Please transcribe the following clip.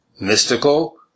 mystical